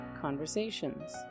conversations